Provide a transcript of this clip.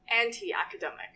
Anti-academic